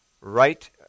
right